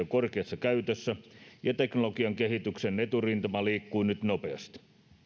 korkeassa käytössä ja teknologian kehityksen eturintama liikkuu nyt nopeasti